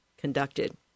conducted